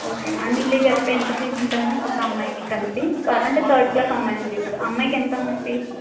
okay ma'am అన్నిటికి కలిపి ఎంత ఫీజ్ ఉంటుంది మ్యామ్ ఒక అమ్మాయికి కలిపి అంటే థర్డ్ క్లాస్ అమ్మాయి ఉంది ఇప్పుడు ఆ అమ్మాయికి ఎంతమ్మ ఫీజ్